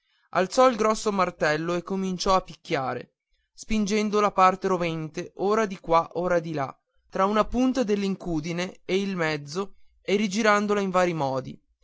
alzò un grosso martello e cominciò a picchiare spingendo la parte rovente ora di qua ora di là tra una punta dell'incudine e il mezzo e rigirandola in vari modi